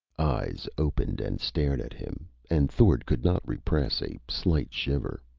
eyes opened and stared at him, and thord could not repress a slight shiver.